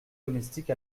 domestiques